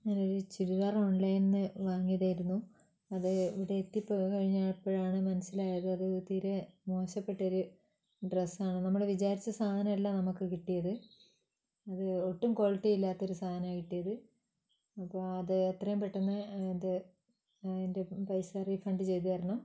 ഞാനൊരു ചുരിദാർ ഓൺലൈനിൽനിന്ന് വാങ്ങിയതായിരുന്നു അത് ഇവിടെയെത്തി പോയിക്കഴിഞ്ഞപ്പോഴാണ് മനസ്സിലായത് അത് തീരെ മോശപ്പെട്ടൊരു ഡ്രസ്സാണ് നമ്മൾ വിചാരിച്ച സാധനമല്ല നമ്മൾക്ക് കിട്ടിയത് അത് ഒട്ടും ക്വാളിറ്റി ഇല്ലാത്തൊരു സാധനമാണ് കിട്ടിയത് ഇപ്പോൾ അത് എത്രയും പെട്ടെന്ന് അത് അതിന്റെ പൈസ റീഫണ്ട് ചെയ്തു തരണം